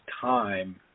time